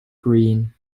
green